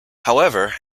however